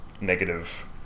negative